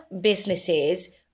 businesses